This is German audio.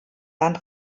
land